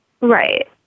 Right